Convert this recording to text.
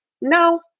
No